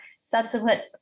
subsequent